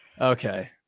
okay